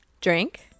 Drink